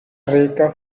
rica